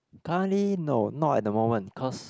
currently no not at the moments cause